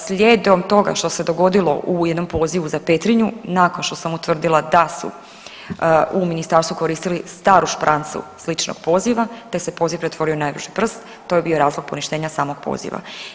Slijedom toga što se dogodilo u jednom pozivu za Petrinju nakon što sam utvrdila da su u ministarstvu koristili staru šprancu sličnog poziva, te se poziv pretvorio u najbrži prst to je bio razlog poništenja samog poziva.